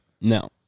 No